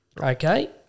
Okay